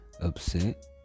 upset